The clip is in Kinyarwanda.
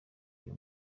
iyo